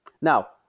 Now